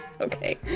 Okay